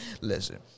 listen